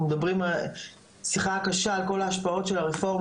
מדברים את השיחה הקשה על כל ההשפעות של הרפורמה,